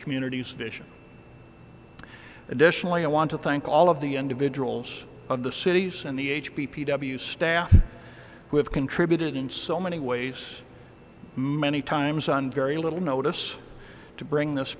communities vision additionally i want to thank all of the individuals of the cities and the h p p w staff who have contributed in so many ways many times on very little notice to bring this